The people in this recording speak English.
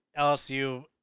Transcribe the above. LSU